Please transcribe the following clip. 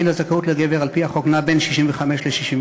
גיל הזכאות לגבר על-פי החוק נע בין 65 ל-67,